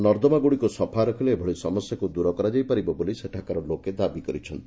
ନର୍ଦ୍ଦାମାଗୁଡ଼ିକୁ ସଫା ରଖିଲେ ଏଭଳି ସମସ୍ୟାକୁ ଦୂରକରାଯାଇ ପାରିବ ବୋଲି ସେଠାକାର ଲୋକ ଦାବି କରିଛନ୍ତି